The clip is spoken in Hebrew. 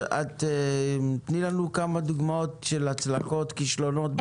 תני לנו כמה דוגמאות של הצלחות וכישלונות.